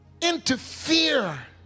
interfere